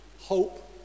hope